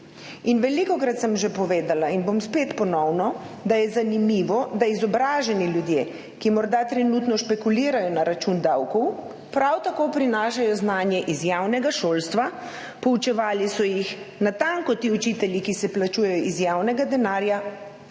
Velikokrat sem že povedala in bom spet ponovno, da je zanimivo, da izobraženi ljudje, ki morda trenutno špekulirajo na račun davkov, prav tako prinašajo znanje iz javnega šolstva, poučevali so jih natanko ti učitelji, ki se plačujejo iz javnega denarja